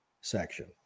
section